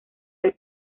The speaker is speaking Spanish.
del